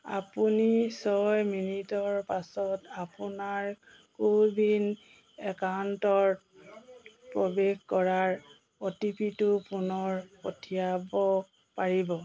আপুনি ছয় মিনিটৰ পাছত আপোনাৰ কোৱিন একাউণ্টত প্ৰৱেশ কৰাৰ অ' টি পি টো পুনৰ পঠিয়াব পাৰিব